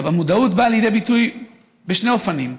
המודעות באה לידי ביטוי בשני אופנים: